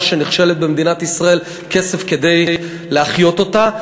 שנכשלת במדינת ישראל כסף כדי להחיות אותה.